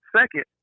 second